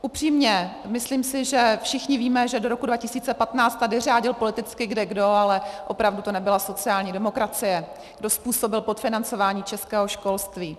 Upřímně si myslím, že všichni víme, že do roku 2015 tady řádil politicky kdekdo, ale opravdu to nebyla sociální demokracie, kdo způsobil podfinancování českého školství.